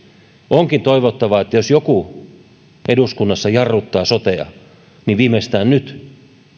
onkin toivottavaa jos joku eduskunnassa jarruttaa sotea että viimeistään nyt